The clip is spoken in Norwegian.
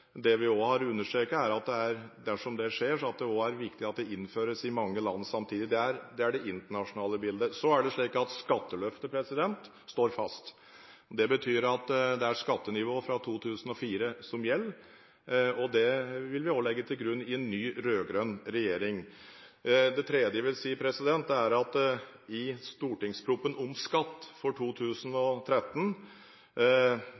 det vi også har understreket, er at dersom det skjer, er det viktig at det innføres i mange land samtidig. Det er det internasjonale bildet. Så er det slik at skatteløftet står fast. Det betyr at det er skattenivået fra 2004 som gjelder, og det vil vi også legge til grunn i en ny rød-grønn regjering. Det tredje jeg vil si, er at i stortingsproposisjonen om skatt for